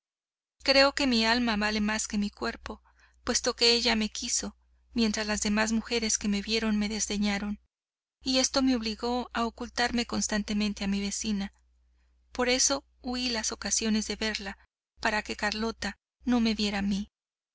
creo que mi alma vale más que mi cuerpo puesto que ella me quiso mientras las demás mujeres que me vieron me desdeñaron y esto me obligó a ocultarme constantemente a mi vecina por eso huí las ocasiones de verla para que carlota no me viera a